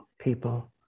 people